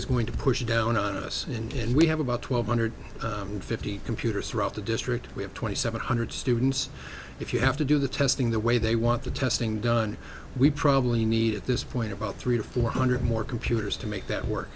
is going to push down on us and we have about twelve hundred fifty computers throughout the district we have twenty seven hundred students if you have to do the testing the way they want the testing done we probably need at this point about three to four hundred more computers to make that work